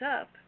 up